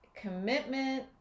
commitment